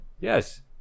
Yes